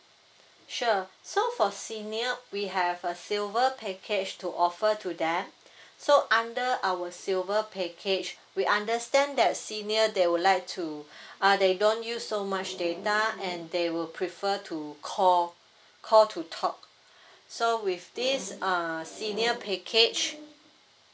sure so for senior we have a silver package to offer to them so under our silver package we understand that senior they would like to uh they don't use so much data and they will prefer to call call to talk so with this uh senior package